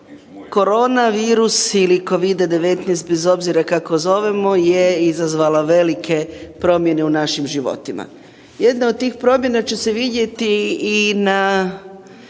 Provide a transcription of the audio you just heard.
korona virus ili Covida-19 bez obzira kako zovemo je izazvala velike promjene u našim životima. Jedna od tih promjena će se vidjeti i na